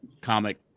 comic